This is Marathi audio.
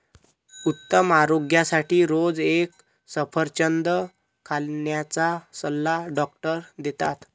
उत्तम आरोग्यासाठी रोज एक सफरचंद खाण्याचा सल्ला डॉक्टर देतात